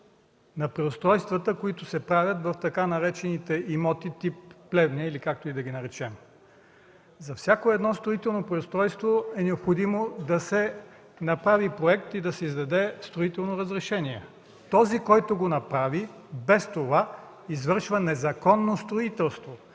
на преустройствата, които се правят в така наречените имоти тип „Плевня” и както и да ги наречем. За всяко едно строително преустройство е необходимо да се направи проект и да се издаде строително разрешение. Този, който го направи без тях, извършва незаконно строителство.